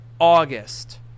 August